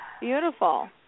Beautiful